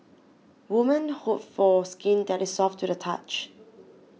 women hope for skin that is soft to the touch